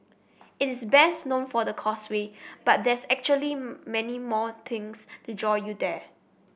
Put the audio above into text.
it is best known for the Causeway but there's actually many more things to draw you there